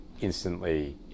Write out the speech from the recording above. instantly